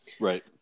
Right